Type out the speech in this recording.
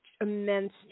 immense